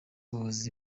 was